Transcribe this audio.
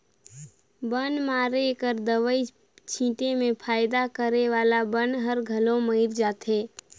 बन मारे कर दवई छीटे में फायदा करे वाला बन हर घलो मइर जाथे